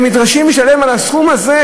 הם נדרשים לשלם על הסכום הזה,